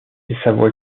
savoie